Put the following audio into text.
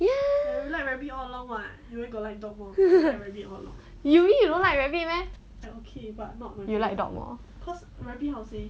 ya you mean you don't like rabbit you meh you like dog more